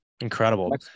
Incredible